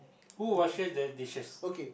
who washes the dishes